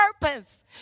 purpose